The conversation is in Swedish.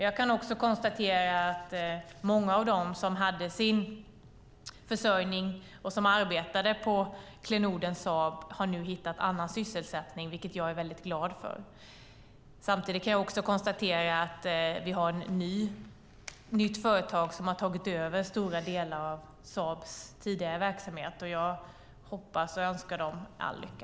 Jag kan dock konstatera att många av dem som arbetade på klenoden Saab, som hade sin försörjning därifrån, har nu hittat annan sysselsättning, vilket jag är mycket glad för. Jag kan också konstatera att vi har ett nytt företag som tagit över stora delar av Saabs tidigare verksamhet, och jag önskar dem all lycka.